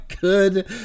good